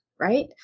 Right